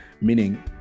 Meaning